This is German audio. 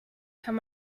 kann